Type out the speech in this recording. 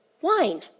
wine